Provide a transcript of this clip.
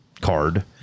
card